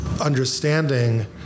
understanding